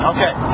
Okay